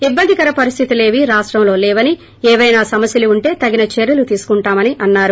ఇబ్బందికర పరిస్దితులేవీ రాష్టంలో లేవని ఏవైనా సమస్యలుంటే తగిన చర్యలు తీసుకుంటామని అన్నారు